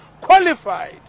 qualified